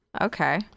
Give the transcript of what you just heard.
okay